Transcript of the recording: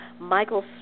Michael